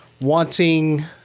wanting